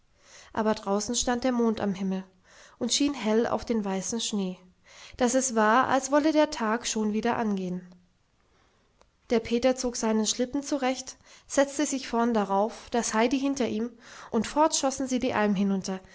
aber draußen stand der mond am himmel und schien hell auf den weißen schnee daß es war als wolle der tag schon wieder angehen der peter zog seinen schlitten zurecht setzte sich vorn darauf das heidi hinter ihn und fort schossen sie die alm hinunter